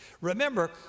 Remember